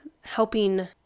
helping